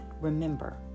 remember